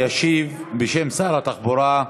ישיב, בשם שר התחבורה,